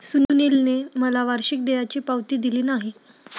सुनीलने मला वार्षिक देयाची पावती दिली नाही